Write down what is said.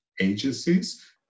agencies